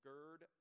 Gird